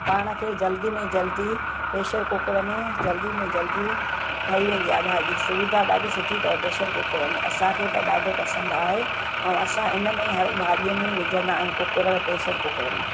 पाण खे जल्दी में जल्दी पेशर कुकड़ में जल्दी में जल्दी ठही वेंदी आहे भाॼी सुविधा ॾाढी सुठी अथव पेशर कुकड़ में असांखे त ॾाढो पसंदि आहे ऐं असां हिन में ई हर भाॼीअ में विझंदा आहियूं कुकर में पेशर कुकर में